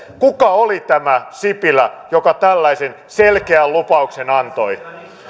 kuka oli tämä sipilä joka tällaisen selkeän lupauksen antoi